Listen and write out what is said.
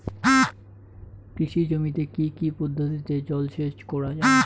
কৃষি জমিতে কি কি পদ্ধতিতে জলসেচ করা য়ায়?